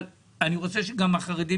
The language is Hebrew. אני רוצה לתאר לכם מה קרה בחצי השנה האחרונה.